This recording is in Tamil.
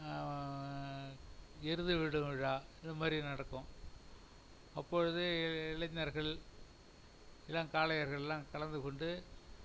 எருது விடும் விழா இந்தமாதிரி நடக்கும் அப்பொழுது இளைஞர்கள் இளங்காளையர்கள்லாம் கலந்து கொண்டு